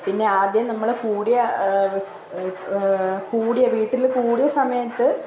പിന്നെ ആദ്യം നമ്മൾ കൂടിയ കൂടിയ വീട്ടിൽ കൂടിയ സമയത്ത്